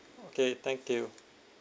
okay thank you